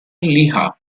liha